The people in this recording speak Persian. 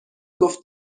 گفت